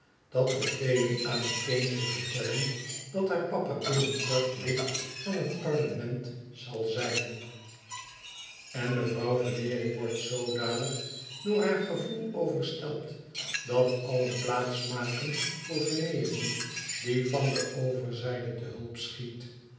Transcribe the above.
tdat de feeën aan het kindje vertellen dat haar papa binnen kort lid van het parlement zal lijn en mevrouw veneering wordt zoodanig door haar gevoel overstelpt dat allen plaats maken voor veneering die van de overzijde te hulp schiet